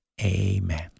Amen